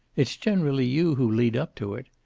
it's generally you who lead up to it.